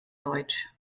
deutsch